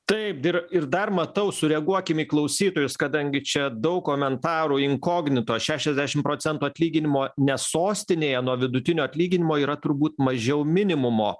taip ir ir dar matau sureaguokim į klausytojus kadangi čia daug komentarų inkognito šešiasdešim procentų atlyginimo ne sostinėje nuo vidutinio atlyginimo yra turbūt mažiau minimumo